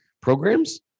programs